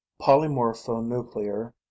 Polymorphonuclear